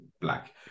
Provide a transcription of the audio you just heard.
black